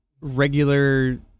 regular